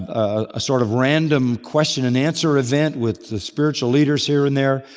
a sort of random question and answer event with the spiritual leaders here and there,